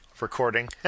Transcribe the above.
recording